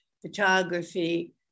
photography